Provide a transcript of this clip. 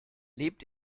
lebt